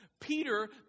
Peter